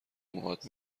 موهات